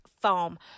foam